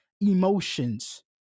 emotions